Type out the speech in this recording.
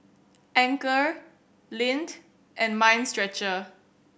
Anchor Lindt and Mind Stretcher